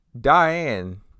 Diane